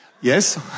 Yes